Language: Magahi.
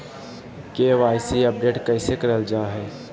के.वाई.सी अपडेट कैसे करल जाहै?